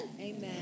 Amen